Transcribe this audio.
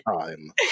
time